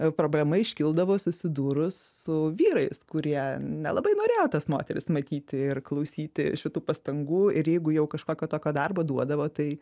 problema iškildavo susidūrus su vyrais kurie nelabai norėjo tas moteris matyti ir klausyti šitų pastangų ir jeigu jau kažkokio tokio darbo duodavo tai